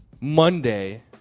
Monday